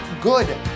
good